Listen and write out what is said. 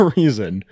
reason